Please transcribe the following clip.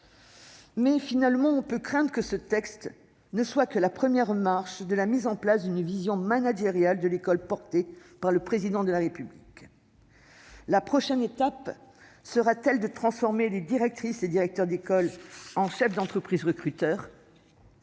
bout du compte, on peut craindre que ce texte ne soit que la première marche vers la concrétisation d'une vision managériale de l'école promue par le Président de la République. La prochaine étape sera-t-elle de transformer les directrices et directeurs d'école en chefs d'entreprise recruteurs ?